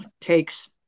takes